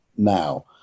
Now